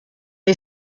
who